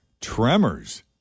Tremors